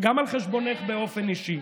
וגם על חשבונך באופן אישי.